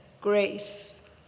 grace